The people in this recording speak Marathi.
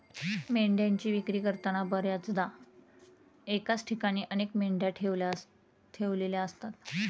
मेंढ्यांची विक्री करताना बर्याचदा एकाच ठिकाणी अनेक मेंढ्या ठेवलेल्या असतात